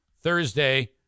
Thursday